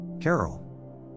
Carol